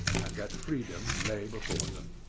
and that freedom lay before them.